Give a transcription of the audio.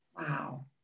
Wow